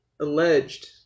alleged